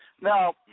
Now